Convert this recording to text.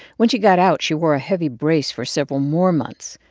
when she got out, she wore a heavy brace for several more months.